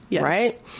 right